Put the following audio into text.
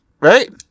right